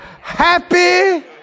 happy